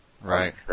Right